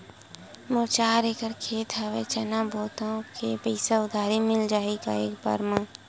मोर चार एकड़ खेत हवे चना बोथव के पईसा उधारी मिल जाही एक बार मा?